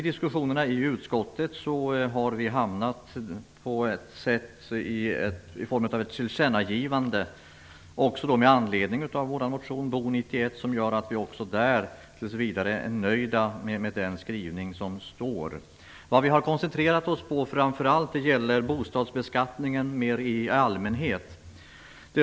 Diskussionerna i utskottet har dock lett fram till ett tillkännagivande, också det med anledning av vår motion Bo91, som gör att vi även där tills vidare är nöjda med den skrivning som står i betänkandet. Det vi framför allt har koncentrerat oss på är bostadsbeskattningen i allmänhet.